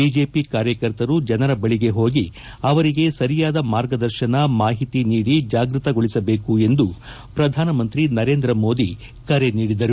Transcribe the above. BJP ಕಾರ್ಯಕರ್ತರು ಜನರ ಬಳಗೆ ಹೋಗಿ ಅವರಿಗೆ ಸರಿಯಾದ ಮಾರ್ಗದರ್ಶನ ಮಾಹಿತಿ ನೀಡಿ ಜಾಗೃತಗೊಳಿಸಬೇಕು ಎಂದು ಪ್ರಧಾನ ಮಂತ್ರಿ ನರೇಂದ್ರ ಮೋದಿ ಕರೆ ನೀಡಿದರು